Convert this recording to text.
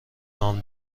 نام